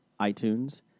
iTunes